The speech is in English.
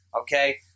Okay